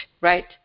right